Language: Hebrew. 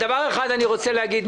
דבר אחד אני רוצה להגיד,